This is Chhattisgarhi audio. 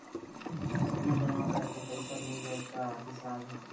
सोना जमा करके पैसा ले गए का हिसाब हे?